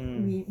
mm